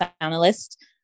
analyst